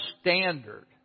standard